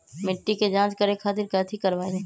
मिट्टी के जाँच करे खातिर कैथी करवाई?